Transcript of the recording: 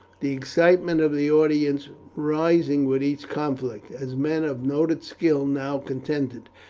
the excitement of the audience rising with each conflict, as men of noted skill now contended.